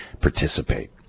participate